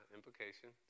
Implication